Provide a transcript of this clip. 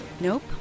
Nope